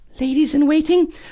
Ladies-in-waiting